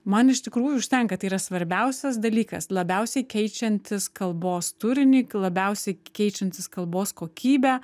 man iš tikrųjų užtenka tai yra svarbiausias dalykas labiausiai keičiantis kalbos turinį labiausiai keičiantis kalbos kokybę